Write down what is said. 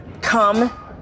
come